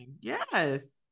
yes